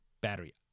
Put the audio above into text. battery